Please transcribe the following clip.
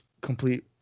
complete